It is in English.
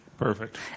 Perfect